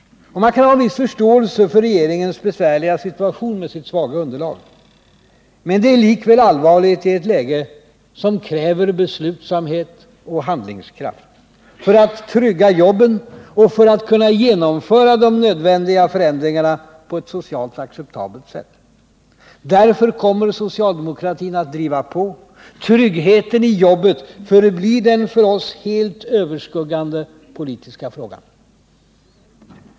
Man kan ha en viss förståelse för regeringens besvärliga situation med sitt svaga underlag. Men det är likväl allvarligt i ett läge som kräver beslutsamhet och handlingskraft för att trygga jobben och för att kunna genomföra de nödvändiga förändringarna på ett socialt acceptabelt sätt. Därför kommer socialdemokratin att driva på. Tryggheten i jobbet förblir den för oss helt överskuggande politiska frågan.